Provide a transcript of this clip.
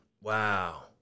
Wow